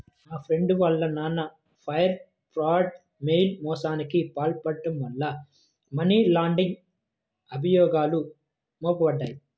మా ఫ్రెండు వాళ్ళ నాన్న వైర్ ఫ్రాడ్, మెయిల్ మోసానికి పాల్పడటం వల్ల మనీ లాండరింగ్ అభియోగాలు మోపబడ్డాయి